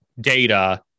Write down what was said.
data